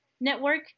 network